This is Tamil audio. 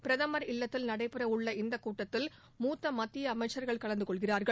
பிரதமா் இல்லத்தில் நடைபெற உள்ள இந்த கூட்டத்தில் மூத்த மத்திய அமைச்சா்கள் கலந்து கொள்கிறார்கள்